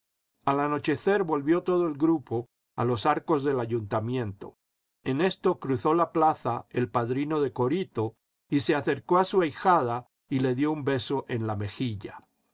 al anochecer volvió todo el grupo a los arcos del ayuntamiento en esto cruzó la plaza el padrino de corito y se acercó a su ahijada y le dio un beso en la mejilla